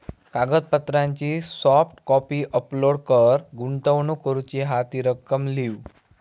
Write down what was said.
कागदपत्रांची soft copy upload कर, गुंतवणूक करूची हा ती रक्कम लिव्ह